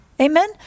Amen